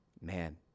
man